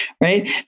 right